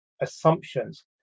assumptions